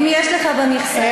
אם יש לך במכסה, זה בסדר.